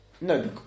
No